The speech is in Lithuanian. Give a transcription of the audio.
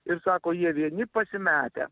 ir sako jie vieni pasimetę